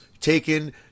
taken